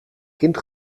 kind